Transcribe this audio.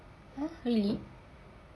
!huh! really